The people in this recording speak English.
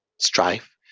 strife